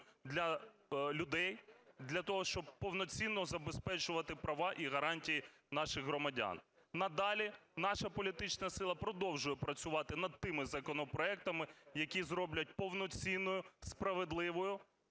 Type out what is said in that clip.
для людей, для того, щоб повноцінно забезпечувати права і гарантії наших громадян. Надалі наша політична сила продовжує працювати над тими законопроектами, які зроблять повноцінною, справедливою,